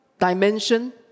dimension